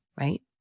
right